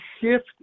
shift